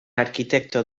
arquitecto